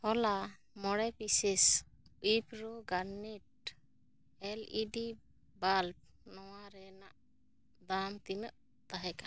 ᱦᱚᱞᱟ ᱢᱚᱬᱮ pieces Wipro Garnet L E D bulb ᱱᱚᱶᱟ ᱨᱮᱱᱟᱜ ᱫᱟᱢ ᱛᱤᱱᱟᱹᱜ ᱛᱟᱦᱮᱸ ᱠᱟᱱᱟ